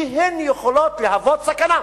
כי הן יכולות להוות סכנה.